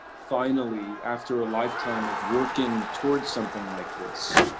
finally, after a lifetime of working towards something like this.